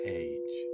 age